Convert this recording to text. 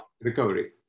Recovery